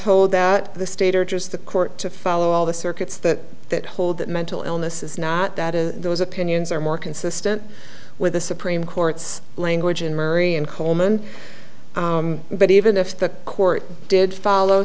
hold that the state or just the court to follow all the circuits that that hold that mental illness is not that of those opinions are more consistent with the supreme court's language in marion coleman but even if the court did follow